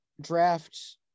draft